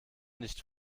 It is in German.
nicht